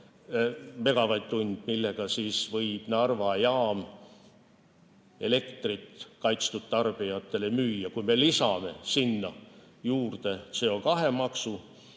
megavatt-tund, millega võib Narva jaam elektrit kaitstud tarbijatele müüa. Kui me lisame sinna juurde CO2maksu,